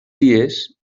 dies